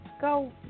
go